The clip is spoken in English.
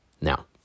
Now